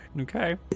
Okay